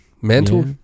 mental